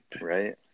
right